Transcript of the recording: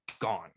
gone